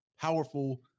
powerful